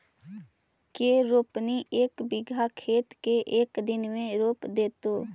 के रोपनी एक बिघा खेत के एक दिन में रोप देतै?